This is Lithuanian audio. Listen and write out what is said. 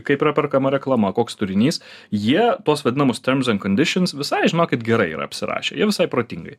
kaip yra perkama reklama koks turinys jie tuos vadinamus terms and conditions visai žinokit gerai yra apsirašę jie visai protingai